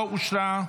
לא אושרה,